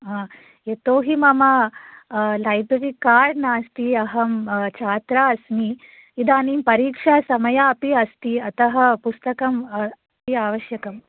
हां यतोहि मम अ लैब्रेरी कार्ड् नास्ति अहं छात्रा अस्मि इदानीं परीक्षासमयः अपि अस्ति अत पुस्तकम् अति आवश्यकम्